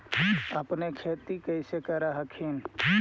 अपने खेती कैसे कर हखिन?